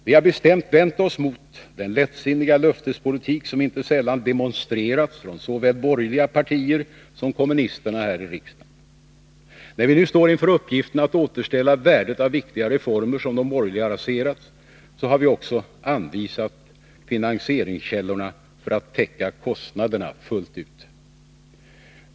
Vi har bestämt vänt oss mot den lättsinniga löftespolitik som inte sällan demonstrerats såväl från borgerliga partier som från kommunisterna här i riksdagen. När vi nu står inför uppgiften att återställa värdet av viktiga reformer som de borgerliga raserat, har vi också anvisat finansieringskällorna för att täcka kostnaderna fullt ut.